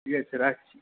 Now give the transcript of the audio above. ঠিক আছে রাখছি